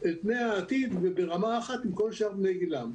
אל פני העתיד וברמה אחת עם כל שאר בני גילם.